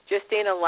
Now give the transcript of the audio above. Justina